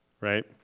right